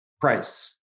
price